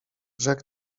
rzekł